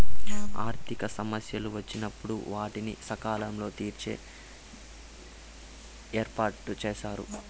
ఆర్థిక సమస్యలు వచ్చినప్పుడు వాటిని సకాలంలో తీర్చే ఏర్పాటుచేశారు